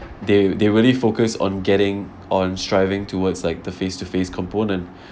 they they really focus on getting on striving towards like the face to face component